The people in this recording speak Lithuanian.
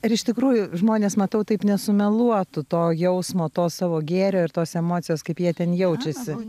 ir iš tikrųjų žmonės matau taip nesumeluotų to jausmo to savo gėrio ir tos emocijos kaip jie ten jaučiasi